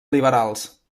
liberals